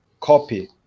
copy